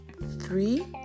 Three